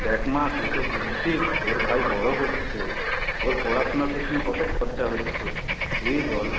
দেখ মা তুই তো বুঝছিস তোর ভাই বড় হচ্ছে ওর পড়াশোনার পেছনে কত খরচা হচ্ছে তুইই বল